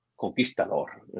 conquistador